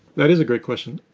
that is a great question.